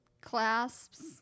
clasps